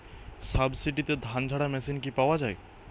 সাবসিডিতে ধানঝাড়া মেশিন কি পাওয়া য়ায়?